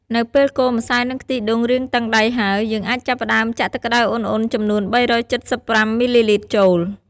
នៅពេលកូរម្សៅ និងខ្ទិះដូងរាងតឹងដៃហើយ យើងអាចចាប់ផ្ដើមចាក់ទឹកក្ដៅឧណ្ហៗចំនួន ៣៧៥ មីលីលីត្រចូល។